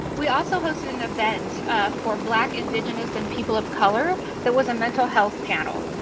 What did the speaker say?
we also hosted an event for black indigenous and people of color that was a mental health panel.